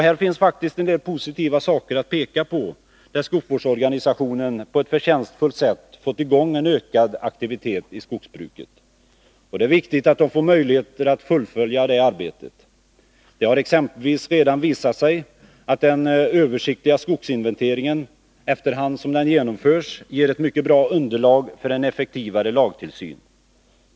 Här finns faktiskt en del positiva saker att peka på, där skogsvårdsorganisationen på ett förtjänstfullt sätt fått i gång en ökad aktivitet i skogsbruket. Det är viktigt att den får möjligheter att fullfölja det arbetet. Det har exempelvis redan visat sig att den översiktliga skogsinventeringen, efter hand som den genomförs, ger ett mycket bra underlag för en effektivare lagtillsyn.